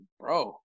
Bro